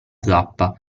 zappa